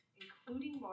including